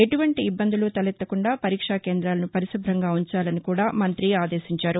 ఎటువంటి ఇబ్బందులు తలెత్తకుండా పరీక్ష కేందాలను పరిశుభ్రంగా ఉంచాలని కూడా మంగ్రి ఆదేశించారు